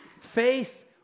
Faith